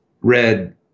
red